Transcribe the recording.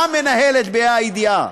המנהלת בה"א הידיעה,